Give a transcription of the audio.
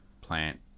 plant